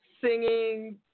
singing